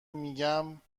میگم